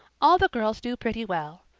all the girls do pretty well.